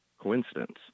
coincidence